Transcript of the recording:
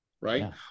right